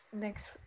next